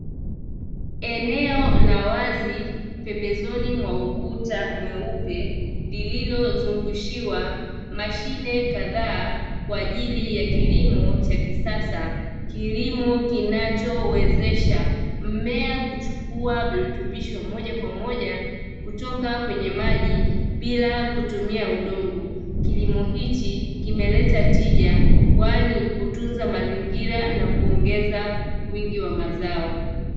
Eneo la wazi pembezoni mwa ukuta mweupe lililozungushiwa mashine kadhaa kwa ajili ya kilimo cha kisasa, kilimo kinachowezesha mmea kuchukua virutubisho moja kwa moja kutoka kwenye maji bila kutumia udongo, kilimo hichi kimeleta tija kwani hutunza mazingira na kuongeza wingi wa mazao.